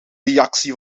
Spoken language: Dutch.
reactie